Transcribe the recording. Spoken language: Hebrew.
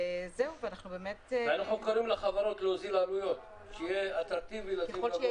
ואנחנו קוראים לחברות להוזיל עלויות שיהיה אטרקטיבי לשים על הגגות.